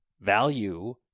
value